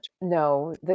No